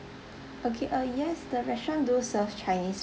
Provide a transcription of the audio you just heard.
okay uh yes the restaurant do serve chinese